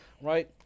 Right